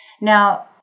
Now